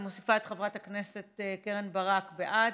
אני מוסיפה את חברת הכנסת קרן ברק, בעד.